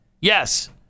Yes